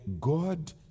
God